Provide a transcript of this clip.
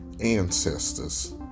ancestors